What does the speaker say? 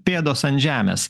pėdos ant žemės